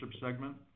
segment